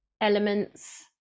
elements